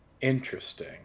Interesting